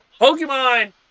Pokemon